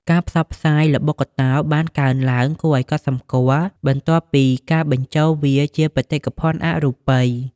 ការផ្សព្វផ្សាយល្បុក្កតោបានកើនឡើងគួរឱ្យកត់សម្គាល់បន្ទាប់ពីការបញ្ចូលវាជា បេតិកភណ្ឌអរូបី។